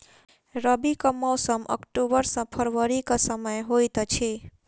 रबीक मौसम अक्टूबर सँ फरबरी क समय होइत अछि